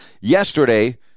yesterday